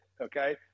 Okay